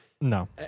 no